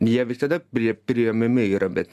jie visada pri priimami yra bet